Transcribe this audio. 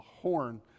horn